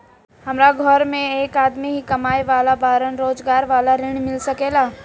हमरा घर में एक आदमी ही कमाए वाला बाड़न रोजगार वाला ऋण मिल सके ला?